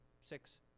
six